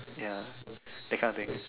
ya that kind of thing